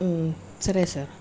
సరే సార్